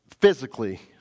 physically